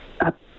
up